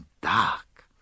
dark